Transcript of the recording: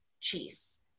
chiefs